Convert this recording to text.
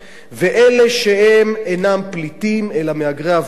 ואלה שהם אינם פליטים אלא מהגרי עבודה,